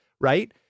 Right